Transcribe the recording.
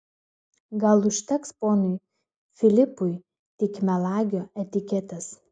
gal užteks ponui filipui tik melagio etiketės